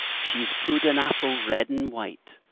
she's pu'd an apple red and white,